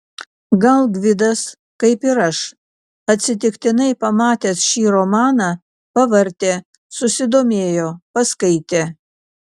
gal gvidas kaip ir aš atsitiktinai pamatęs šį romaną pavartė susidomėjo paskaitė